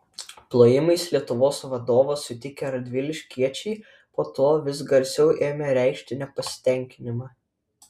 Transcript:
plojimais lietuvos vadovą sutikę radviliškiečiai po to vis garsiau ėmė reikšti nepasitenkinimą